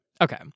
Okay